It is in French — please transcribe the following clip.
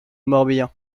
morbihan